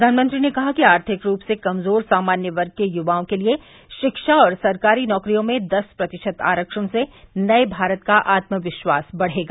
प्रधानमंत्री ने कहा कि आर्थिक रूप से कमजोर सामान्य वर्ग के युवाओं के लिए शिक्षा और सरकारी नौकरियों में दस प्रतिशत आरक्षण से नये भारत का आत्मविश्वास बढ़ेगा